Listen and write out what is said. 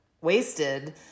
wasted